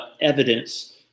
evidence